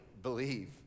believe